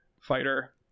fighter